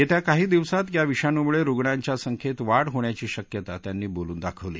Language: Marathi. येत्या काही दिवसात या विषाणूमुळे रुग्णयांच्या संख्येत वाढ होण्याची शक्यता त्यांनी बोलून दाखवली